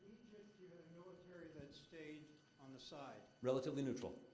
military that stayed on the side. relatively neutral.